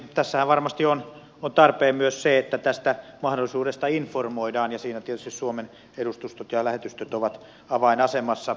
tässähän varmasti on tarpeen myös se että tästä mahdollisuudesta informoidaan ja siinä tietysti suomen edustustot ja lähetystöt ovat avainasemassa